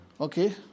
Okay